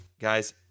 Guys